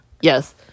Yes